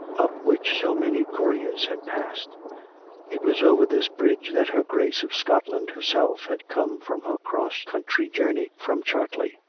up which so many couriers had passed it was over this bridge that her grace of scotland herself had come from her cross-country journey from chartley.